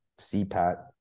CPAT